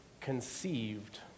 conceived